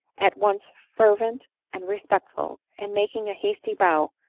at once fervent and respectful, and-making a hasty bow,